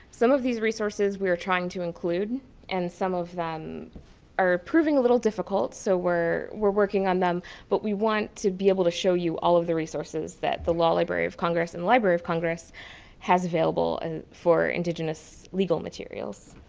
some of these resources we are trying to include and some of them are proving a little difficult so we're we're working on them but we want to be able to show you all the resources that the law library of congress and library of congress has available and for indigenous legal materials.